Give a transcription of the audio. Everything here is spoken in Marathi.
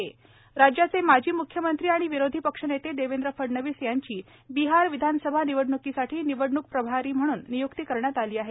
फडणवीस राज्याचे माजी मुख्यमंत्री आणि विरोधी पक्ष नेते देवेंद्र फडणवीस यांची बिहार विधानसभा निवडणुकीसाठी निवडणुक प्रभारी म्हणून नियुक्ती करण्यात आली आहे